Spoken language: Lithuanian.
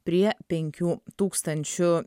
prie penkių tūkstančių